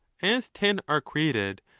as ten are created,